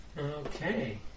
Okay